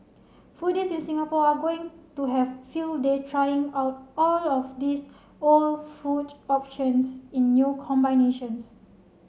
foodies in Singapore are going to have field day trying out all of these old food options in new combinations